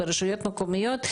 ברשויות המקומיות,